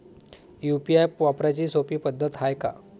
UPI वापराची सोपी पद्धत हाय का?